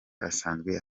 asanzwe